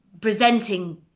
presenting